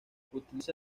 utiliza